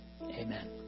Amen